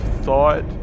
thought